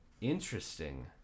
interesting